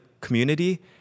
community